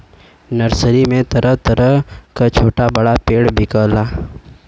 nursery में तरह तरह क छोटा बड़ा पेड़ बिकला